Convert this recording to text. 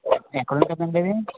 ఎక్కడ ఉంటుందండి ఇది